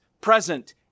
present